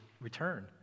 return